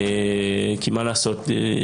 כי מה לעשות,